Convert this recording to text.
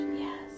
Yes